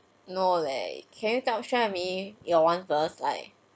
no leh can you show me your one first like